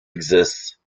exists